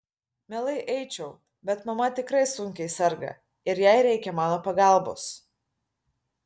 mielai eičiau bet mama tikrai sunkiai serga ir jai reikia mano pagalbos